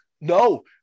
no